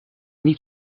niet